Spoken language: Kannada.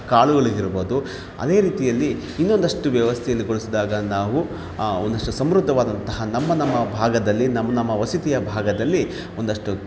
ಕಾಳುಗಳು ಇರ್ಬಹುದು ಅದೇ ರೀತಿಯಲ್ಲಿ ಇನ್ನೊಂದಷ್ಟು ವ್ಯವಸ್ಥೆಯನ್ನು ಗೊಳಿಸಿದಾಗ ನಾವು ಒಂದಷ್ಟು ಸಮೃದ್ಧವಾದಂತಹ ನಮ್ಮ ನಮ್ಮ ಭಾಗದಲ್ಲಿ ನಮ್ಮ ನಮ್ಮ ವಸತಿಯ ಭಾಗದಲ್ಲಿ ಒಂದಷ್ಟು